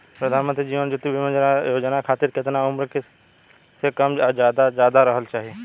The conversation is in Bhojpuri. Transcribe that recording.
प्रधानमंत्री जीवन ज्योती बीमा योजना खातिर केतना उम्र कम से कम आ ज्यादा से ज्यादा रहल चाहि?